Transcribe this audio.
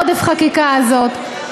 עודף החקיקה הזה.